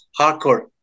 hardcore